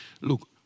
Look